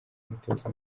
umutoza